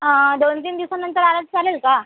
दोन तीन दिवसानंतर आलं तर चालेल का